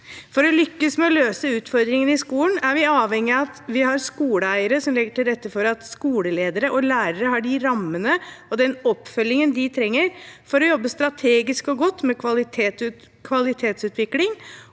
For å lykkes med å løse utfordringene i skolen er vi avhengig av at vi har skoleeiere som legger til rette for at skoleledere og lærere har de rammene og den oppfølgingen de trenger for å jobbe strategisk og godt med kvalitetsutvikling